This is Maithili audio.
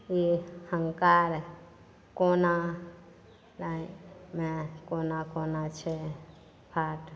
ई हँकार कोना लाइनमे कोना कोना छै हाथ